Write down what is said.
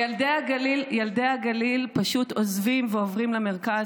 ילדי הגליל פשוט עוזבים ועוברים למרכז,